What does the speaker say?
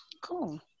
cool